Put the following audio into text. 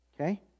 Okay